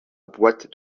boîte